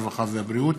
הרווחה והבריאות.